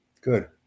good